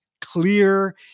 clear